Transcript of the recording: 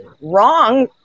wrong